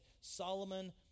Solomon